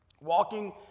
Walking